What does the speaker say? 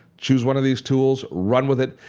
choose one of these tools, run with it.